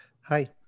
Hi